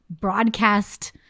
broadcast